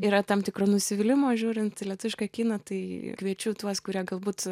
yra tam tikro nusivylimo žiūrint lietuvišką kiną tai kviečiu tuos kurie galbūt